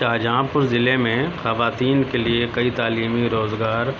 شاہجہاں پور ضلع میں خواتین کے لیے کئی تعلیمی روزگار